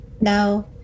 No